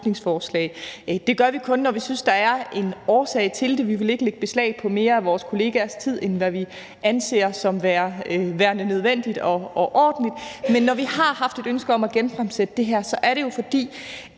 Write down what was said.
Det gør vi kun, når vi synes, at der er en årsag til det, for vi vil ikke lægge beslag på mere af vores kollegers tid, end hvad vi anser som værende nødvendigt og ordentligt. Når vi har haft et ønske om at genfremsætte det her, er det jo, fordi